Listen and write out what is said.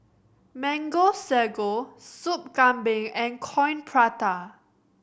Mango Sago Sup Kambing and Coin Prata